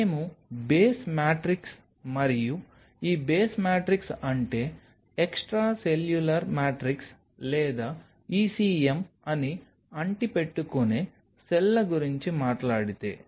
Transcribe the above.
మేము base matrix మరియు ఈ బేస్ మ్యాట్రిక్స్ అంటే ఎక్స్ట్రా సెల్యులార్ మ్యాట్రిక్స్ లేదా ECM అని అంటిపెట్టుకునే సెల్ల గురించి మాట్లాడితే